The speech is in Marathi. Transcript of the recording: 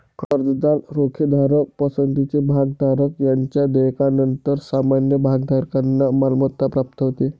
कर्जदार, रोखेधारक, पसंतीचे भागधारक यांच्या देयकानंतर सामान्य भागधारकांना मालमत्ता प्राप्त होते